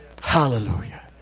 Hallelujah